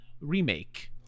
remake